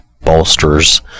bolsters